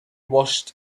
washed